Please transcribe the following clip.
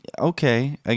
Okay